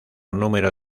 número